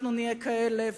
אנחנו נהיה כאלה,